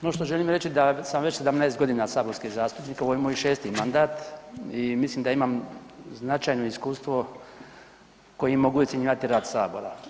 Ono što želim reći da sam već 17.g. saborski zastupnik, ovo je moj 6. mandat i mislim da imam značajno iskustvo kojim mogu ocjenjivati rad sabora.